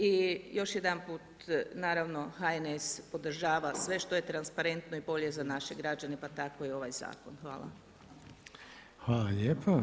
I još jedanput naravno HNS podržava sve što je transparentno i bolje za naše građane, pa tako i ovaj zakon.